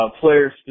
players